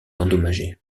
endommagé